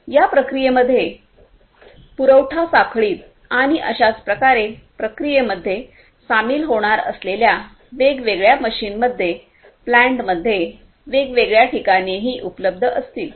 या प्रक्रियेमध्ये पुरवठा साखळीत आणि अशाच प्रकारे प्रक्रियेमध्ये सामील होणार असलेल्या वेगवेगळ्या मशीनमध्ये प्लांट मध्ये वेगवेगळ्या ठिकाणेही उपलब्ध असतील